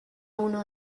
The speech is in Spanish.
uno